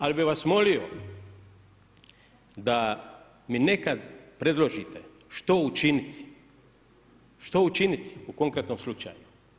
Ali bih vas molio da mi nekad predložite što učiniti, što učiniti u konkretnom slučaju?